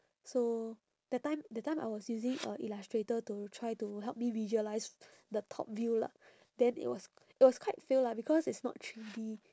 so that time that time I was using uh illustrator to try to help me visualise the top view lah then it was it was quite fail lah because it's not three D